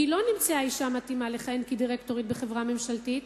כי לא נמצאה אשה המתאימה לכהן כדירקטורית בחברה ממשלתית,